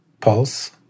pulse